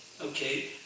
Okay